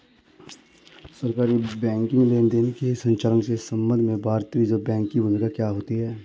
सरकारी बैंकिंग लेनदेनों के संचालन के संबंध में भारतीय रिज़र्व बैंक की भूमिका क्या होती है?